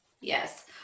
Yes